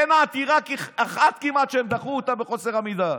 אין עתירה אחת כמעט שהם דחו אותה בחוסר עמידה.